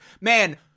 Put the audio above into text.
Man